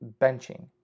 benching